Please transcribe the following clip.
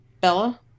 Bella